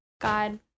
God